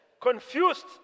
confused